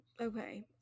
Okay